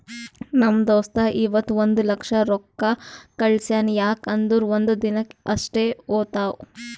ನಮ್ ದೋಸ್ತ ಇವತ್ ಒಂದ್ ಲಕ್ಷ ರೊಕ್ಕಾ ಕಳ್ಸ್ಯಾನ್ ಯಾಕ್ ಅಂದುರ್ ಒಂದ್ ದಿನಕ್ ಅಷ್ಟೇ ಹೋತಾವ್